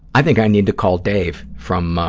i think i need to call dave from